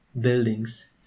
buildings